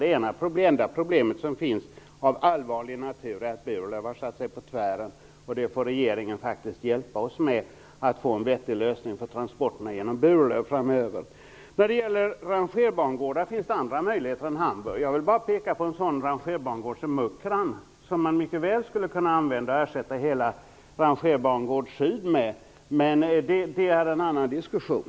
Det enda problemet av allvarlig natur är att Burlöv har satt sig på tvären. Regeringen får faktiskt hjälpa oss med att hitta en vettig lösning på problemet med transporterna genom Burlöv. När det gäller rangerbangårdar finns det andra möjligheter än Hamburg. Jag vill peka på en sådan rangerbangård som Mukran som mycket väl skulle kunna användas och som skulle kunna ersätta hela Rangerbangård Syd. Men det är en annan diskussion.